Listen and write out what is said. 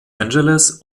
angeles